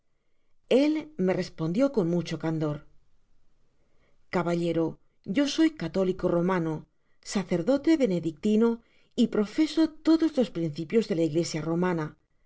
el me respondió con mucho candor caballero yo soy católico romano sacerdote benedictino y profeso lodos os principios de la iglesia romana